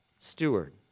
steward